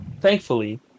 thankfully